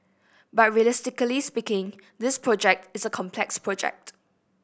but realistically speaking this project is a complex project